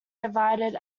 divided